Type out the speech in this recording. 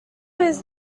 was